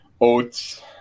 oats